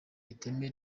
iteme